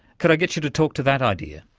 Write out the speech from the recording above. could i get you to talk to that idea?